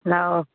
ꯂꯥꯛꯑꯣ